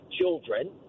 children